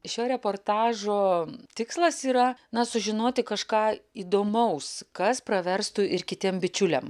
šio reportažo tikslas yra na sužinoti kažką įdomaus kas praverstų ir kitiem bičiuliam